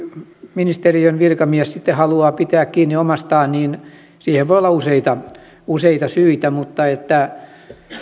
ministeriön virkamies sitten haluaa pitää kiinni omastaan voi olla useita useita syitä mutta